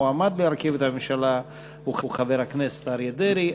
המועמד להרכיב את הממשלה הוא חבר הכנסת אריה דרעי.